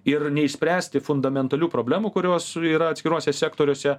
ir neišspręsti fundamentalių problemų kurios yra atskiruose sektoriuose